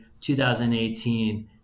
2018